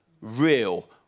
real